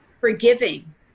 forgiving